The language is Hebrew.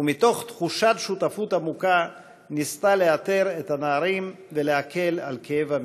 ומתוך תחושת שותפות עמוקה ניסתה לאתר את הנערים ולהקל את כאב המשפחות.